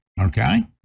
okay